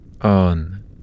On